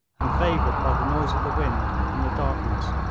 and, favoured by the noise of the wind and the darkness,